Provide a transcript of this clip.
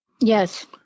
Yes